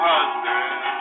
Husband